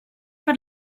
per